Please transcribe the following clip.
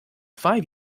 five